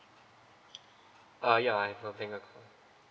uh yeah I have a bank account